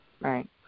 right